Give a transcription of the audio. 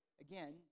Again